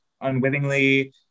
unwittingly